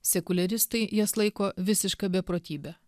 sekuliaristai jas laiko visiška beprotybe